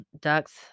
ducks